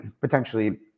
potentially